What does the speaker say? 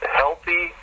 healthy